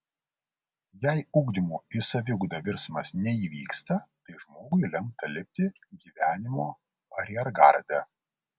jei ugdymo į saviugdą virsmas neįvyksta tai žmogui lemta likti gyvenimo ariergarde